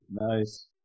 Nice